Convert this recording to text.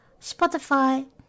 Spotify